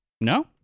No